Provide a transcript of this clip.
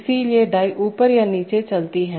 इसलिए डाई ऊपर या नीचे चलती है